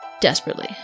Desperately